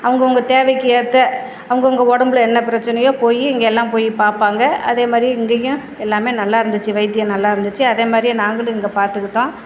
அவுங்கவங்க தேவைக்கு ஏற்ற அவுங்கவங்க உடம்புல என்ன பிரச்சனையோ போய் இங்கே எல்லாம் போய் பார்ப்பாங்க அதேமாதிரி இங்கேயும் எல்லாமே நல்லா இருந்துச்சு வைத்தியம் நல்லா இருந்துச்சு அதேமாதிரியே நாங்களும் இங்கே பார்த்துக்கிட்டோம்